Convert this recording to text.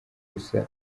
gusa